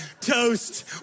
toast